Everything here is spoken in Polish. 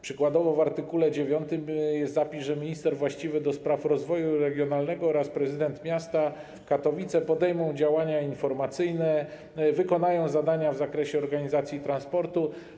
Przykładowo w art. 9 jest zapis, że minister właściwy ds. rozwoju regionalnego oraz prezydent miasta Katowice podejmą działania informacyjne, wykonają zadania w zakresie organizacji i transportu.